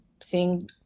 seeing